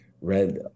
read